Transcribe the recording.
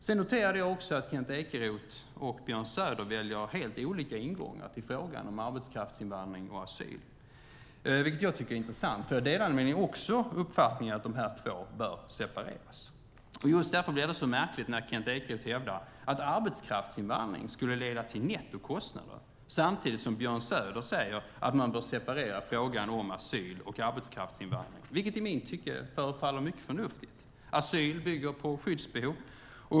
Jag noterade också att Kent Ekeroth och Björn Söder väljer helt olika ingångar till frågan om arbetskraftsinvandring och asyl, vilket jag tycker är intressant, för jag delar uppfattningen att de här två bör separeras. Just därför blir det så märkligt när Kent Ekeroth hävdar att arbetskraftsinvandring skulle leda till nettokostnader samtidigt som Björn Söder säger att man bör separera frågorna om asyl och arbetskraftsinvandring, vilket i mitt tycke förefaller mycket förnuftigt. Asyl bygger på skyddsbehov.